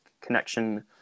connection